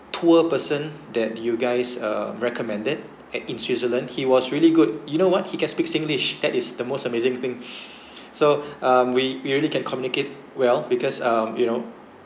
tour person that you guys um recommended at in switzerland he was really good you know what he can speak singlish that is the most amazing thing so um we we really can communicate well because um you know